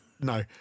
No